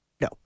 No